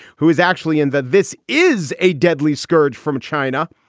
who is actually in that. this is a deadly scourge from china.